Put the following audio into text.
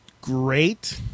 great